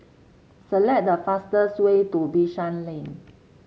select the fastest way to Bishan Lane